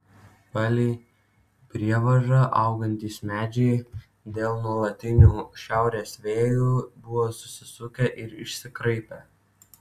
palei prievažą augantys medžiai dėl nuolatinių šiaurės vėjų buvo susisukę ir išsikraipę